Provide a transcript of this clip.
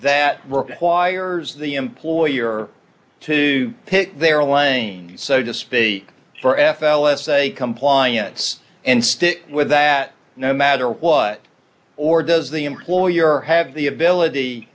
that require the employer to pick their allaying so to speak for f l s a compliance and stick with that no matter what or does the employer have the ability